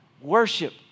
worship